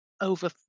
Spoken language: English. over